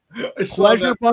Pleasure